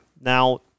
Now